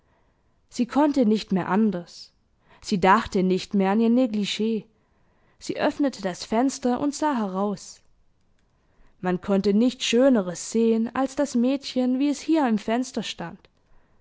sie konnte nicht mehr anders sie dachte nicht mehr an ihr neglig sie öffnete das fenster und sah heraus man konnte nichts schöneres sehen als das mädchen wie es hier im fenster stand